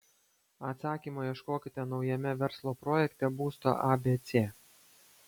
atsakymo ieškokite naujame verslo projekte būsto abc